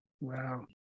wow